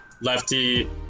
lefty